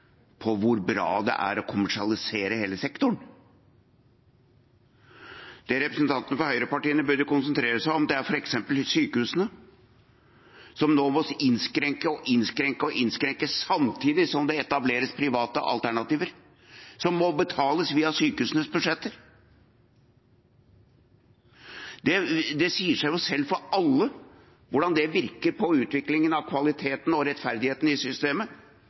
på hvor bra det er å kommersialisere hele sektoren. Det representantene for høyrepartiene burde konsentrere seg om, er f.eks. sykehusene, som nå må innskrenke og innskrenke og innskrenke, samtidig som det etableres private alternativer – som må betales via sykehusenes budsjetter. Det sier seg jo selv hvordan det virker på utviklingen av kvaliteten og rettferdigheten i systemet,